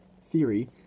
theory